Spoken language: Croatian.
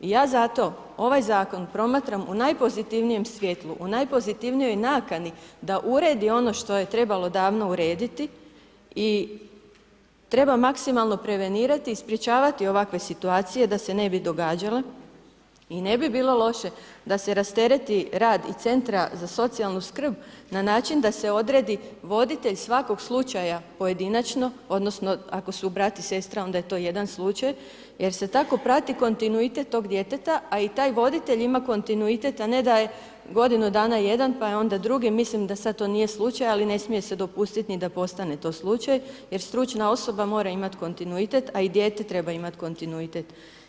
I ja za to ovaj zakon promatram u najpozitivnijem, svjetlu, u najpozitivnijoj nakani da ured i ono što je trebalo davno urediti i treba maksimalno prevenirati, sprječavati ovakve situacije da se ne bi događale i ne bi bilo loše d se rastereti i rad CZSS-a na način da se odredi svakog slučaja pojedinačno odnosno ako su brat i sestra, onda je to jedan slučaj jer se tako prati kontinuitet tog djeteta a i taj voditelj ima kontinuitet a ne da je godinu dana jedna pa je onda drugi, mislim da sad to nije slučaj, ali ne smije se dopustiti ni da postane to slučaj jer stručna osoba mora imati kontinuitet a i dijete treba imati kontinuitet.